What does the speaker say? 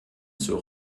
zur